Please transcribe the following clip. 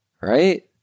right